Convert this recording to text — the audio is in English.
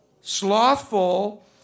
slothful